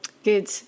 Good